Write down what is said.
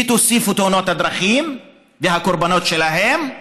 ותוסיפו תאונות דרכים והקורבנות שלהן,